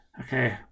okay